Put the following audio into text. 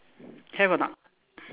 have or not